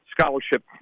scholarship